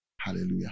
Hallelujah